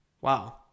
Wow